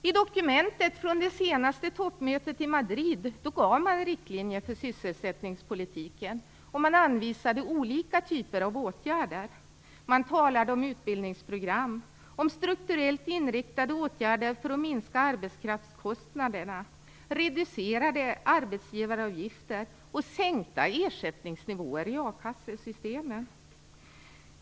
I dokumentet från det senaste toppmötet i Madrid gav man riktlinjer för sysselsättningspolitiken, och man anvisade olika typer av åtgärder. Man talade om utbildningsprogram, strukturellt inriktade åtgärder för att minska arbetskraftskostnaderna, reducerade arbetsgivaravgifter och sänkta ersättningsnivåer i akassesystemet.